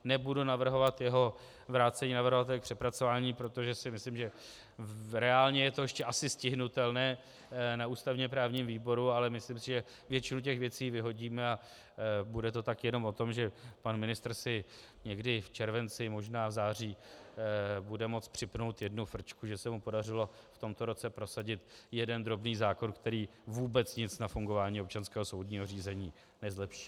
Nebudu navrhovat jeho vrácení navrhovateli k přepracování, protože si myslím, že reálně je to ještě asi stihnutelné na ústavněprávním výboru, ale myslím si, že většinu těch věcí vyhodíme, a bude to tak jenom o tom, že pan ministr si někdy v červenci, možná v září bude moct připnout jednu frčku, že se mu podařilo v tomto roce prosadit jeden drobný zákon, který vůbec nic na fungování občanského soudního řízení nezlepší.